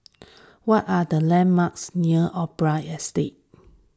what are the landmarks near Opera Estate